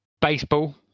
baseball